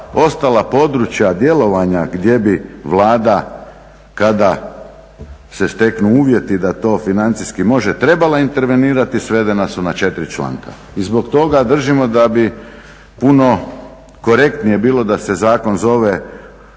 ostala područja djelovanja gdje bi Vlada kada se steknu uvjeti da to financijski možda je trebala intervenirati svedena su na četiri članka. I zbog toga držimo da bi puno korektnije bilo da se zakon zove